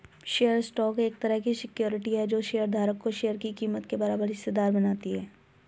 share stock एक तरह की सिक्योरिटी है जो शेयर धारक को शेयर की कीमत के बराबर हिस्सेदार बनाती है